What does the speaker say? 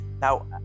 now